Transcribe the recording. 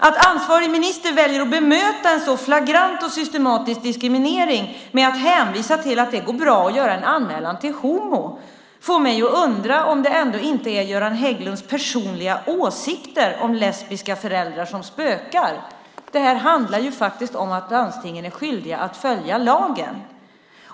Att ansvarig minister väljer att bemöta en så flagrant och systematisk diskriminering med att hänvisa till att det går bra att göra en anmälan till HomO får mig att undra om det ändå inte är Göran Hägglunds personliga åsikter om lesbiska föräldrar som spökar. Det här handlar faktiskt om att landstingen är skyldiga att följa lagen.